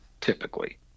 typically